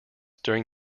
during